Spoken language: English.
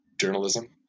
journalism